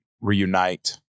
reunite